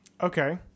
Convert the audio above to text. Okay